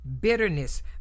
bitterness